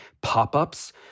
pop-ups